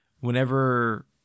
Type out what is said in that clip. whenever